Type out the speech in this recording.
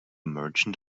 merchant